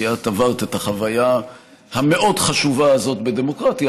כי את עברת את החוויה המאוד-חשובה הזאת בדמוקרטיה,